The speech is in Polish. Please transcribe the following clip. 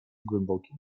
głębokim